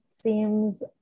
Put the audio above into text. seems